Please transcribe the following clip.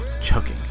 Choking